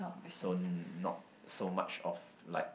soon not so much of like